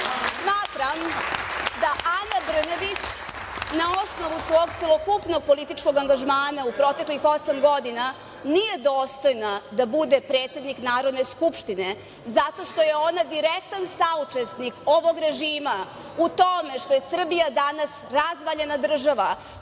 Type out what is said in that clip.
smatram da Ana Brnabić, na osnovu svog celokupnog političkog angažmana u proteklih osam godina, nije dostojna da bude predsednik Narodne skupštine zato što je ona direktan saučesnik ovog režima u tome što je Srbija danas razvaljena država